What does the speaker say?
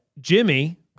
Jimmy